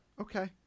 Okay